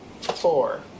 four